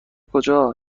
کجا